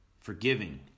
forgiving